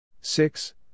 six